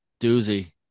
doozy